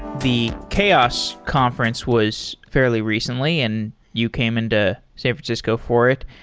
the chaos conference was fairly recently and you came in to san francisco for it.